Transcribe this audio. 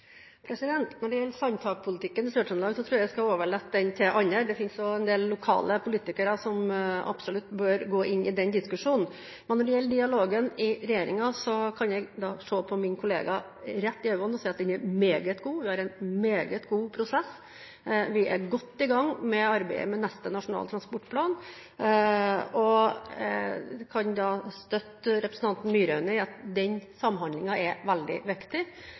Når det gjelder sandtakpolitikken i Sør-Trøndelag, tror jeg at jeg skal overlate den til andre. Det finnes en del lokale politikere som absolutt bør gå inn i den diskusjonen. Når det gjelder dialogen i regjeringen, kan jeg se min kollega rett i øynene og si at den er meget god, og at vi har en meget god prosess. Vi er godt i gang med arbeidet med neste Nasjonal transportplan. Jeg kan støtte representanten Myraune i at den samhandlingen er veldig viktig,